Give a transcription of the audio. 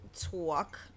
talk